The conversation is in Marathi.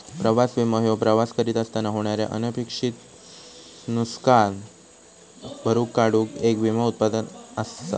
प्रवास विमो ह्यो प्रवास करीत असताना होणारे अनपेक्षित नुसकान भरून काढूक येक विमो उत्पादन असा